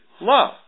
love